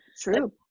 true